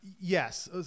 yes